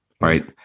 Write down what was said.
Right